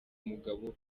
mugabo